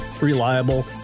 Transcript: reliable